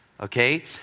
okay